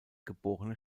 geborene